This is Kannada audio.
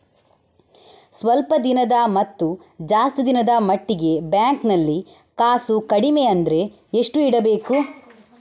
ಸ್ವಲ್ಪ ದಿನದ ಮತ್ತು ಜಾಸ್ತಿ ದಿನದ ಮಟ್ಟಿಗೆ ಬ್ಯಾಂಕ್ ನಲ್ಲಿ ಕಾಸು ಕಡಿಮೆ ಅಂದ್ರೆ ಎಷ್ಟು ಇಡಬೇಕು?